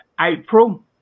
april